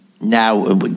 Now